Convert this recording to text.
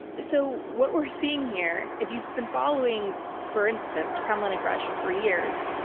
so, what we're seeing here, if you've been following, for instance, kremlin aggression for years,